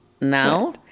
Now